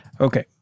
Okay